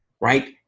right